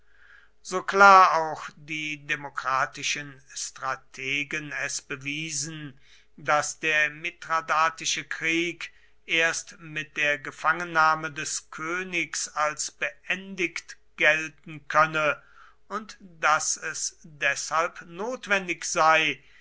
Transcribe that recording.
so klar auch die demokratischen strategen es bewiesen daß der mithradatische krieg erst mit der gefangennahme des königs als beendigt gelten könne und daß es deshalb notwendig sei